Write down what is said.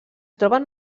troben